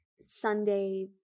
Sunday